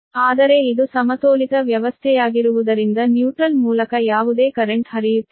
ಆದರೆ ಇದು ಸಮತೋಲಿತ ವ್ಯವಸ್ಥೆಯಾಗಿರುವುದರಿಂದ ನ್ಯೂಟ್ರಲ್ ಮೂಲಕ ಯಾವುದೇ ಕರೆಂಟ್ ಹರಿಯುತ್ತಿಲ್ಲ